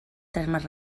termes